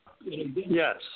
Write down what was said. Yes